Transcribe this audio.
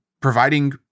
providing